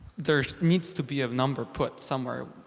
there's needs to be of number put somewhere